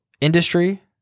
industry